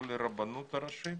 לא לרבנות הראשית